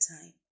time